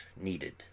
needed